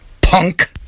Punk